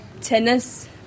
tennis